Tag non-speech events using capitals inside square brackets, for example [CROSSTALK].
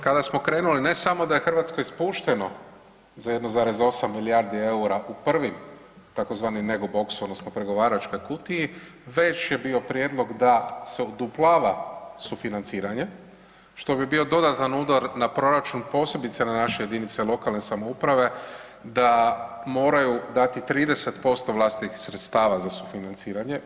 Kada smo krenuli, ne samo da je Hrvatskoj spušteno za 1,8 milijardi eura u prvim tzv. … [UNINTELLIGIBLE] boxu, tj. pregovaračkoj kutiji već je bio prijedlog da se uduplava sufinanciranje što bi bio dodatan udar na proračun posebice na naše jedinice lokalne samouprave da moraju dati 30% vlastitih sredstava za sufinanciranje.